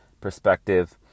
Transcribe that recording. perspective